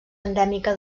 endèmica